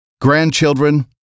grandchildren